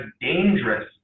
dangerous